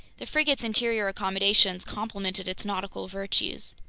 the frigate's interior accommodations complemented its nautical virtues.